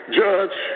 judge